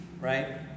Right